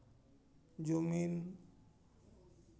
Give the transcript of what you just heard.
zoom in